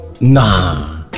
nah